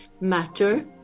matter